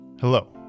Hello